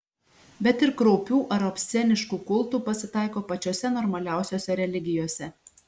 bet ir kraupių ar obsceniškų kultų pasitaiko pačiose normaliausiose religijose